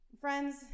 friends